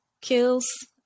kills